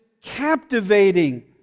captivating